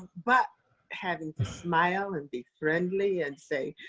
but having to smile and be friendly and say,